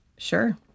Sure